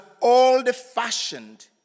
old-fashioned